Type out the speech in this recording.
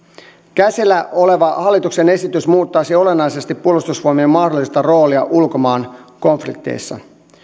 käsillä oleva hallituksen esitys muuttaisi olennaisesti puolustusvoimien mahdollista roolia ulkomaan konflikteissa